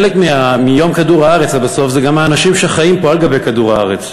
חלק מיום כדור-הארץ זה בסוף גם האנשים שחיים פה על גבי כדור-הארץ.